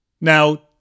Now